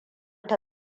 ta